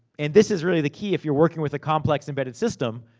and this is really the key. if you're working with a complex embedded system,